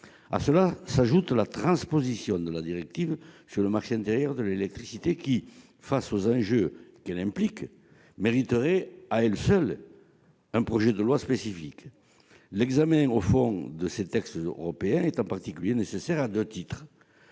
À cela s'ajoute la transposition de la directive sur le marché intérieur de l'électricité, qui, eu égard aux enjeux qu'elle implique, mériterait à elle seule un projet de loi spécifique. L'examen de ces textes européens est en particulier nécessaire à deux titres.